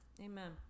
Amen